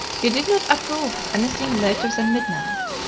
he did not approve of anything later than midnight.